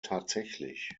tatsächlich